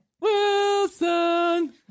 Wilson